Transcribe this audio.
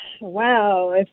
wow